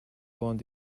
borne